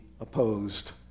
opposed